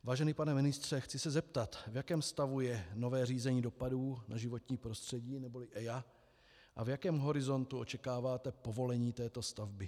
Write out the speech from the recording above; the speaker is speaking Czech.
Vážený pane ministře, chci se zeptat, v jakém stavu je nové řízení dopadů na životní prostředí neboli EIA a v jakém horizontu očekáváte povolení této stavby.